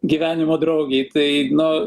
gyvenimo draugei tai nu